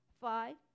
Five